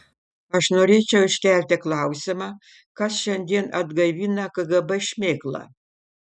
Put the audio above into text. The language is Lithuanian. aš norėčiau iškelti klausimą kas šiandien atgaivina kgb šmėklą